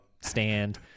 stand